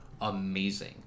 amazing